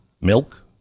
milk